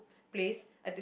place